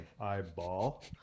eyeball